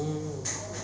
oh